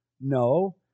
no